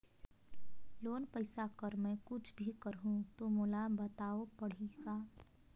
Loan पइसा कर मै कुछ भी करहु तो मोला बताव पड़ही का?